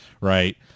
right